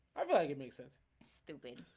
everybody make sense stupid